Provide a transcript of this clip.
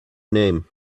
name